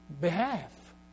behalf